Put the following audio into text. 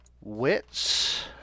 Wits